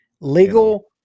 legal